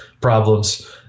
problems